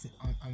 on